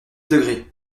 degrés